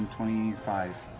twenty five.